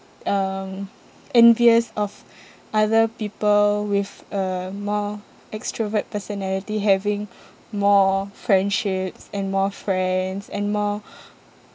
um envious of other people with a more extrovert personality having more friendships and more friends and more